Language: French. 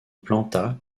planta